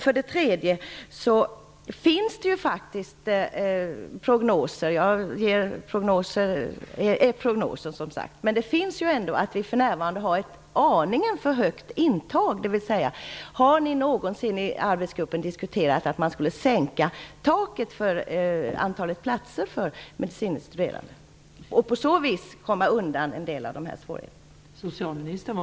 För det tredje: Det finns ju faktiskt prognoser som visar att vi för närvarande har en aning för högt intag. Har ni någonsin i arbetsgruppen diskuterat att sänka taket för antalet platser för medicinstuderande för att på så vi komma undan en del av svårigheterna?